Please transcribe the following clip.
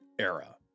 era